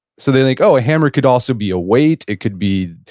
so they're like, oh, a hammer could, also, be a weight. it could be,